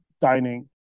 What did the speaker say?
dining